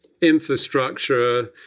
infrastructure